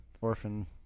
Orphan